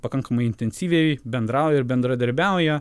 pakankamai intensyviai bendrauja ir bendradarbiauja